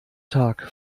tag